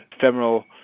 femoral